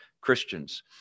Christians